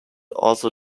also